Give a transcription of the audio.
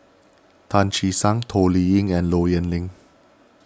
Tan Che Sang Toh Liying and Low Yen Ling